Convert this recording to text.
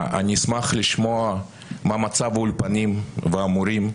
אני אשמח לשמוע מה מצב האולפנים והמורים,